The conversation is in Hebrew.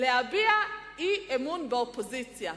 להביע אי-אמון באופוזיציה.